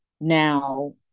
Now